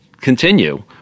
continue